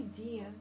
idea